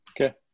Okay